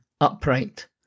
upright